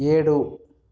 ఏడు